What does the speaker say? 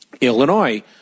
Illinois